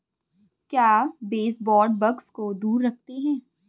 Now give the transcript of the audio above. क्या baseboard bugs को दूर रखते हैं?